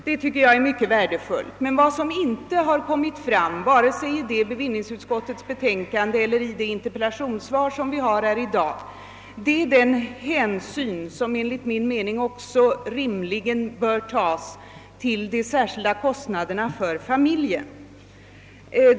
Det tycker jag är mycket värdefullt. Men vad som inte har kommit fram vare sig i bevillningsutskottets betänkande eller i interpellationssvaret i dag är den hänsyn som enligt min mening också rimligen bör tas till de särskilda kostnaderna för familjen.